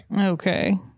Okay